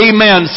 Amen